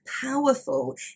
powerful